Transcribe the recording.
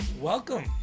Welcome